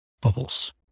bubbles